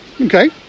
okay